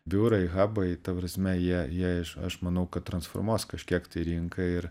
biurai habai ta prasme jie jie aš manau kad transformuos kažkiek tai rinką ir